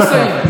לא דקה.